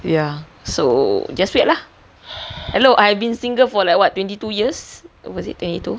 ya so just wait lah hello I've been single for like what twenty two years was it twenty two